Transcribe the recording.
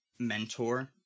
Mentor